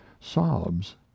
sobs